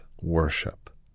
worship